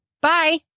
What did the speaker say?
Bye